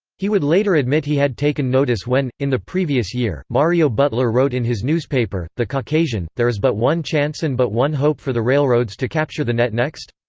he would later admit he had taken notice when, in the previous year, mario butler wrote in his newspaper, the caucasian there is but one chance and but one hope for the railroads to capture the netnext?